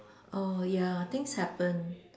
oh ya things happen